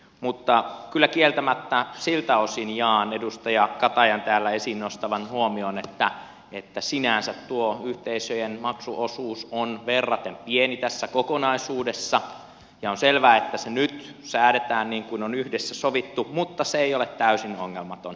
mutta kyllä kieltämättä siltä osin jaan edustaja katajan täällä esiin nostaman huomion että sinänsä tuo yhteisöjen maksuosuus on verraten pieni tässä kokonaisuudessa ja on selvää että se nyt säädetään niin kuin on yhdessä sovittu mutta se ei ole täysin ongelmaton